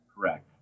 Correct